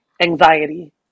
anxiety